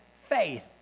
faith